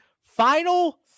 final